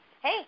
hey